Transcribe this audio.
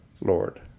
Lord